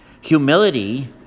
humility